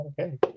okay